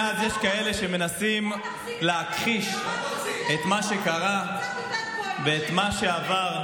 מאז יש כאלה שמנסים להכחיש את מה שקרה ואת מה שעבר.